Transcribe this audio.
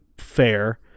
Fair